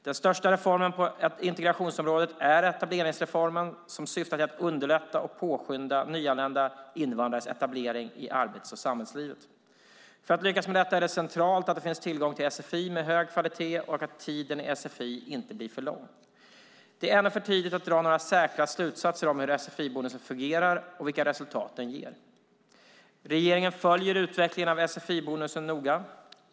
Den största reformen på integrationsområdet är etableringsreformen som syftar till att underlätta och påskynda nyanlända invandrares etablering i arbets och samhällslivet. För att lyckas med detta är det centralt att det finns tillgång till sfi med hög kvalitet och att tiden i sfi inte blir för lång. Det är ännu för tidigt att dra några säkra slutsatser om hur sfi-bonusen fungerar och vilka resultat den ger. Regeringen följer utvecklingen av sfi-bonusen noga.